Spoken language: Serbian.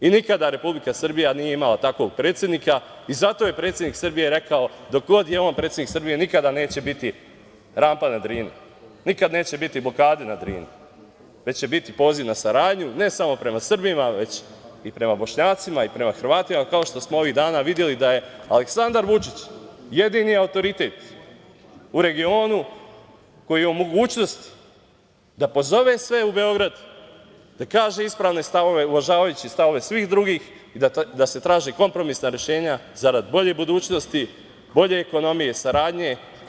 Nikada Republika Srbija nije imala takvog predsednika i zato je predsednik Srbije rekao da do god je on predsednik Srbije nikada neće biti rampa na Drini, nikada neće biti blokade na Drini, već će biti poziv na saradnju, ne samo prema Srbima, već i prema Bošnjacima, prema Hrvatima, kao što smo ovih dana videli da je Aleksandar Vučić jedini autoritet u regionu koji je pozvao sve u Beograd i da kaže ispravne stavove, uvažavajući stavove svih drugih, da se traže kompromisna rešenja zarad bolje budućnosti, zarad bolje ekonomije, saradnje.